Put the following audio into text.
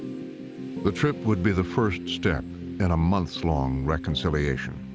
the trip would be the first step in a months-long reconciliation.